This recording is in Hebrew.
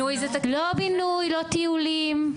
לא בינוי, לא טיולים.